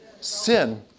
sin